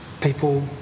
people